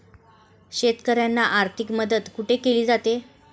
शेतकऱ्यांना आर्थिक मदत कुठे केली जाते?